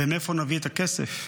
ומאיפה נביא את הכסף?